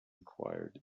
acquired